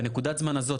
בנקודת הזמן הזאת,